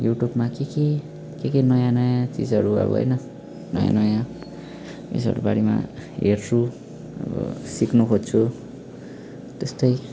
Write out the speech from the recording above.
युट्युबमा के के के के नयाँ चिजहरू अब होइन नयाँ नयाँ उयोहरू बारेमा हेर्छु अब सिक्नु खोज्छु त्यस्तै